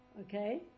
okay